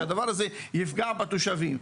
שהדבר הזה יפגע בתושבים.